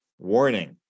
warning